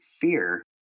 fear